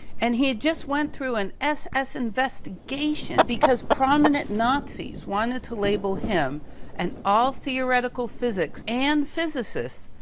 and he had just went through an ss investigation because prominent nazis wanted to label him and all theoretical physics and physicists,